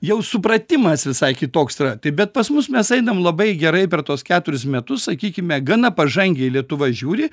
jau supratimas visai kitoks yra taip bet pas mus mes einam labai gerai per tuos keturis metus sakykime gana pažangiai lietuva žiūri